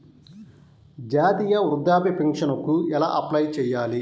జాతీయ వృద్ధాప్య పింఛనుకి ఎలా అప్లై చేయాలి?